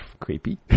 creepy